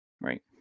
right